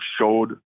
showed